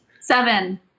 Seven